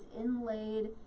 inlaid